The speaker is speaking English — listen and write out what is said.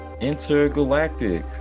Intergalactic